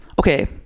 okay